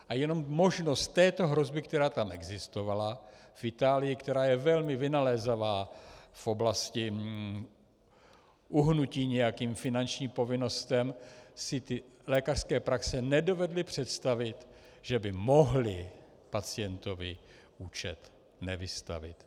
A jenom možnost této hrozby, která tam existovala, v Itálii, která je velmi vynalézavá v oblasti uhnutí nějakým finančním povinnostem, si ty lékařské praxe nedovedly představit, že by mohly pacientovi účet nevystavit.